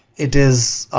it is